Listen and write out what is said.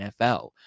NFL